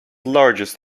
largest